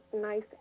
nice